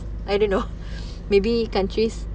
I don't know maybe countries